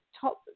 top